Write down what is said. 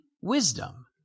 wisdom